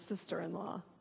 sister-in-law